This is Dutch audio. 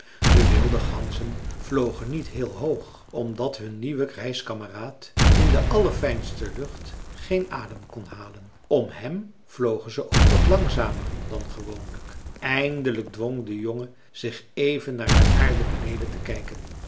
de wilde ganzen vlogen niet heel hoog omdat hun nieuwe reiskameraad in de allerfijnste lucht geen adem kon halen om hem vlogen zij ook wat langzamer dan gewoonlijk eindelijk dwong de jongen zich even naar de aarde beneden te kijken